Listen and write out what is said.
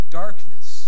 darkness